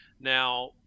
Now